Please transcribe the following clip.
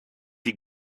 die